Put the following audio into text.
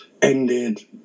ended